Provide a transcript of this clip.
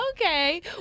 Okay